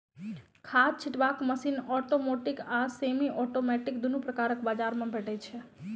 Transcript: खाद छिटबाक machine automatic आ सेमी औटोमेटिक दुनू प्रकारक बजार मे भेटै छै